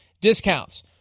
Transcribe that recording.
discounts